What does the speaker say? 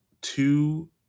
two